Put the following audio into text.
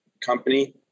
Company